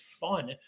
fun